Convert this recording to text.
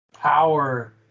power